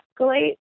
escalate